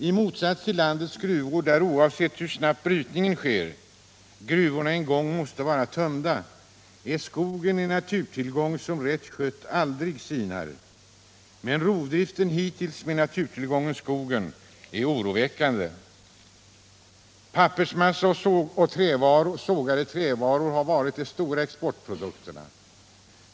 I motsats till landets gruvor som, oavsett hur snabbt brytningen sker, en gång måste vara tömda, är skogen en naturtillgång som rätt skött aldrig sinar. Men rovdriften hittills med naturtillgången skogen är oroväckande. Pappersmassa och sågade trävaror har varit och är de stora exportprodukterna.